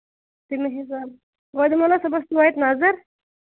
تَمہِ حِسابہٕ صبُحس تویتہِ نَظر